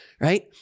right